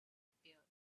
appeared